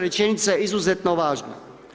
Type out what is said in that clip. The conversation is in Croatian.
rečenica je izuzetno važna.